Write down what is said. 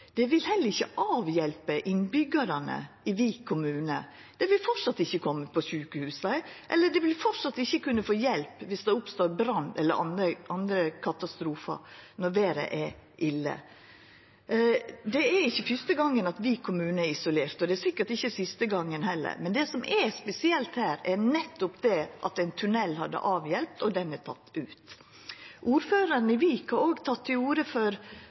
vil heller ikkje avhjelpa innbyggjarane i Vik kommune. Dei vil framleis ikkje koma seg til sjukehus og vil framleis ikkje kunna få hjelp viss det oppstår brann eller andre katastrofar når vêret er ille. Det er ikkje fyrste gongen Vik kommune er isolert, og det er sikkert ikkje siste gongen heller, men det som er spesielt her, er nettopp at ein tunnel ville ha avhjelpt, og han er teken ut. Ordføraren i Vik har òg teke til orde for